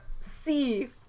see